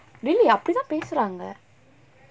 daily அப்டிதா பேசுறாங்க:apdithaa paesuraanga